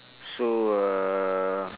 so uh